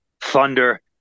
Thunder